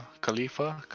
Khalifa